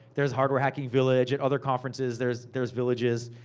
there's hardware hacking village. at other conferences, there's there's villages.